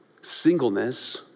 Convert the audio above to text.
Singleness